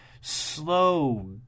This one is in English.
slow